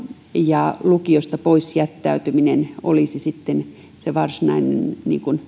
ja lukiosta pois jättäytyminen olisi sitten se varsinainen